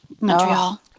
Montreal